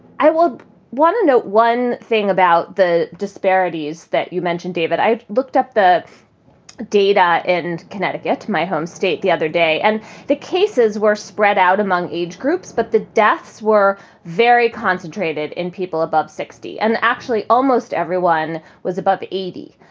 i would want to know one thing about the disparities that you mentioned, david. i've looked up the data in connecticut, my home state, the other day, and the cases were spread out among age groups, but the deaths were very concentrated in people above sixty and actually almost everyone was above eighty.